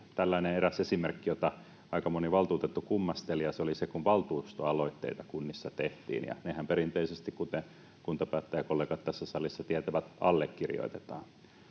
tällainen eräs esimerkki, jota aika moni valtuutettu kummasteli, ja se oli se, kun valtuustoaloitteita kunnassa tehtiin, ja nehän perinteisesti, kuten kuntapäättäjäkollegat tässä salissa tietävät, allekirjoitetaan.